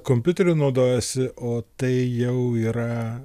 kompiuteriu naudojasi o tai jau yra